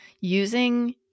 using